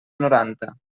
noranta